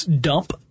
dump